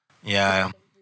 ya ya ya